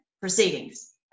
proceedings